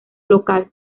local